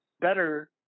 better